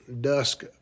dusk